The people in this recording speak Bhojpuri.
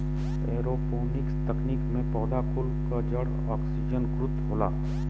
एरोपोनिक्स तकनीकी में पौधा कुल क जड़ ओक्सिजनकृत होला